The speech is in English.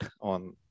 on